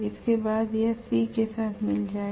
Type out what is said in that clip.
इसके बाद यह C के साथ मिलेगा